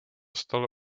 stále